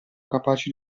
capaci